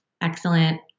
excellent